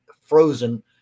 frozen